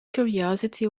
curiosity